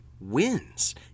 wins